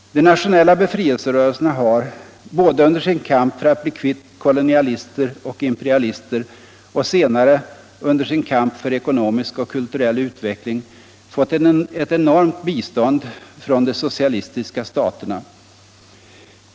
De nationella befriclserörelserna har, både under sin kamp för att bli kvitt kolonialister och imperialister och — senare — under sin kamp för ekonomisk och kulturell utveckling. fått ett cnormt bistånd från de socialistiska staterna.